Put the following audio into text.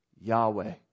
Yahweh